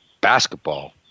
basketball